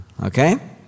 okay